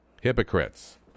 Hypocrites